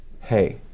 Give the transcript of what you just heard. hey